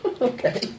Okay